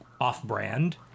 off-brand